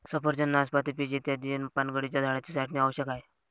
सफरचंद, नाशपाती, पीच इत्यादी पानगळीच्या झाडांची छाटणी आवश्यक आहे